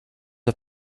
der